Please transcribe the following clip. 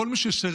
כל מי ששירת,